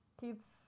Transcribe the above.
Kids